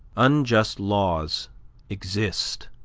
unjust laws exist